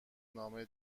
نامه